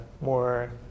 more